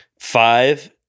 Five